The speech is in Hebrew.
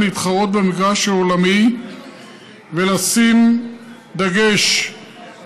להתחרות במגרש העולמי ולשים דגש